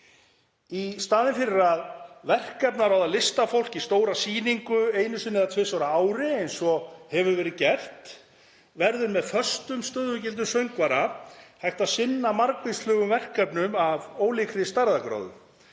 Í staðinn fyrir að verkefnaráða listafólk í stóra sýningu einu sinni eða tvisvar á ári, eins og hefur verið gert, verður með föstum stöðugildum söngvara hægt að sinna margvíslegum verkefnum af ólíkri stærðargráðu.